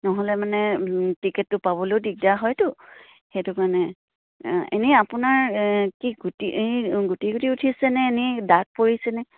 নহ'লে মানে টিকেটটো পাবলৈও দিগদাৰ হয়তো সেইটো কাৰণে এনেই আপোনাৰ কি গুটি এ গুটি গুটি উঠিছেনে এনেই দাগ পৰিছেনে